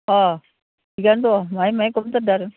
अ थिगआनो दं माहाय माहाय खम जादों आरो